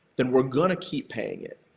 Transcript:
then we're going to keep paying it.